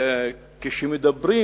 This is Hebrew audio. כשמדברים,